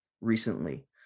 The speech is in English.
recently